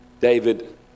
David